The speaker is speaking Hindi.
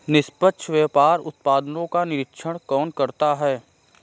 निष्पक्ष व्यापार उत्पादकों का निरीक्षण कौन करता है?